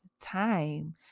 time